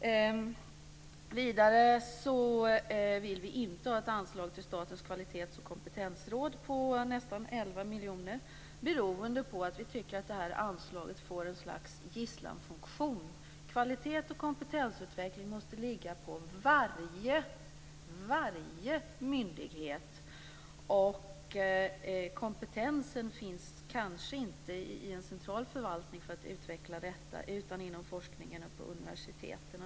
Vidare vill vi inte ha ett anslag till Statens kvalitets och kompetensråd på nästan 11 miljoner. Det beror på att vi tycker att anslaget får något slags gisslanfunktion. Kvalitets och kompetensutveckling måste ligga på varje myndighet. Kompetensen för att utveckla detta kanske inte finns i en central förvaltning, utan inom forskningen på universiteten.